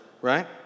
right